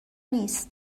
نیست